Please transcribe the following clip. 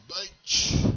beach